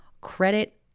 credit